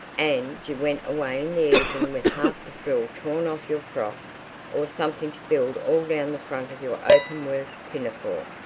and you went away in the evening with half the frill torn off your frock or something spilled all down the front of your open-work pinafore,